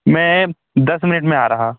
मैं दस मिनट में आ रहा